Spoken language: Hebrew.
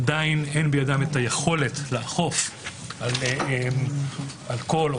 עדיין אין בידה היכולת לאכוף על כל או